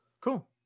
Cool